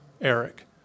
Eric